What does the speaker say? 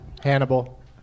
Hannibal